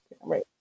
right